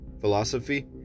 philosophy